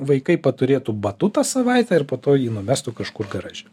vaikai paturėtų batutą savaitę ir po to jį numestų kažkur garaže